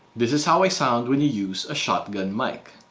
this is how i sound when you use a shotgun mic.